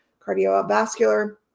Cardiovascular